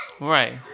Right